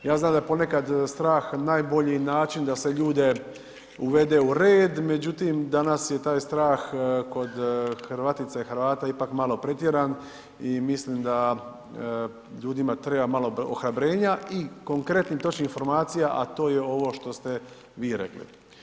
Ja znam da je ponekad strah najbolji način da se ljude uvede u red, međutim danas je taj strah kod Hrvatica i Hrvata ipak malo pretjeran i mislim da ljudima treba malo ohrabrenja i konkretnih i točnih informacija, a to je ovo što ste vi rekli.